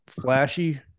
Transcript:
flashy